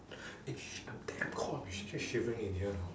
eh shit I'm damn cold !wah! keep shivering in here